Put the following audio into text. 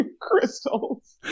Crystals